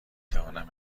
توانم